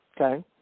Okay